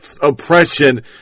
oppression